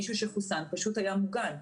מישהו שחוסן פשוט היה מוגן.